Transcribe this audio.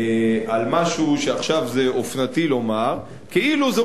על משהו שעכשיו זה אופנתי לומר כאילו זו